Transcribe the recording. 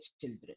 children